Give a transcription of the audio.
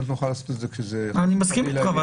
לא נוכל לעשות את זה כשזה --- אני מסכים אתך.